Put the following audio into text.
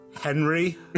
henry